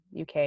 uk